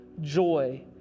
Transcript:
joy